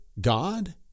God